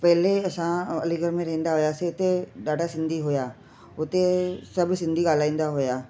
पहिरियों असां अलीगढ़ में रहंदा हुआसीं उते ॾाढा सिंधी हुया उते सभु सिंधी ॻाल्हाईंदा हुया